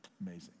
amazing